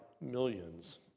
millions